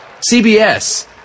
CBS